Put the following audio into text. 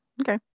okay